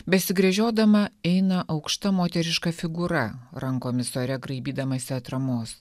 besigręžiodama eina aukšta moteriška figūra rankomis ore graibydamasi atramos